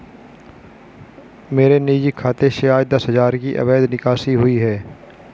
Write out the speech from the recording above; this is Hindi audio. मेरे निजी खाते से आज दस हजार की अवैध निकासी हुई है